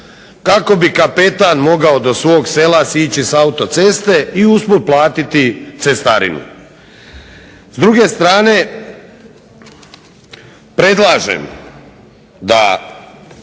kako bi kapetan mogao do svog sela sići sa autoceste i usput platiti cestarinu. S druge strane predlažem da